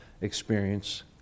experience